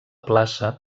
plaça